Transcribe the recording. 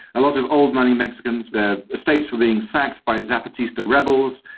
a lot of old-money mexicans, their estates were being sacked by zapatista rebels.